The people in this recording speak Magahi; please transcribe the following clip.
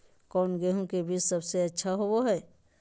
कौन गेंहू के बीज सबेसे अच्छा होबो हाय?